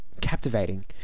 Captivating